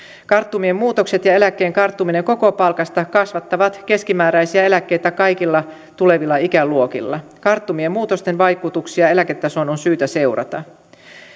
karttumien muutokset ja eläkkeen karttuminen koko palkasta kasvattavat keskimääräisiä eläkkeitä kaikilla tulevilla ikäluokilla karttumien muutosten vaikutuksia eläketasoon on syytä seurata